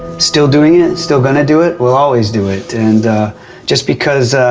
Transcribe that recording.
still doing it, still gonna do it, will always do it, and just because,